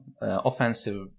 offensive